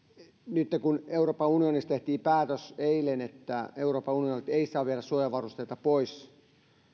kun euroopan unionissa tehtiin eilen päätös että euroopan unionista ei saa viedä suojavarusteita pois